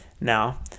now